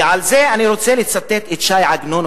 ועל זה אני רוצה לצטט את ש"י עגנון,